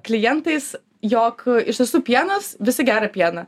klientais jog iš tiesų pienas visi geria pieną